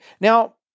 Now